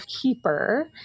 keeper